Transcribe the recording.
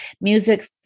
Music